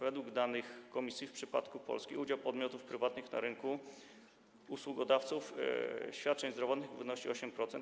Według danych komisji w przypadku Polski udział podmiotów prywatnych w rynku usługodawców świadczeń zdrowotnych wynosi 8%.